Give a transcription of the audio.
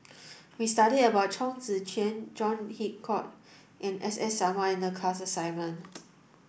we studied about Chong Tze Chien John Hitchcock and S S Sarma in the class assignment